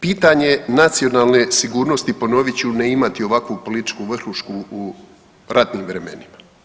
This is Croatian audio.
Pitanje nacionalne sigurnosti, ponovit ću, ne imati ovakvu političku vrhušku u ratnim vremenima.